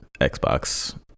Xbox